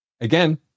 Again